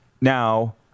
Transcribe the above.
now